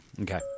Okay